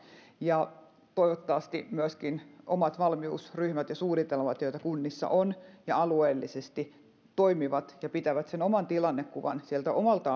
ja toivottavasti myöskin omat valmiusryhmät ja suunnitelmat joita kunnissa on alueellisesti toimivat ja pitävät sen oman tilannekuvan sieltä omalta